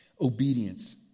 Obedience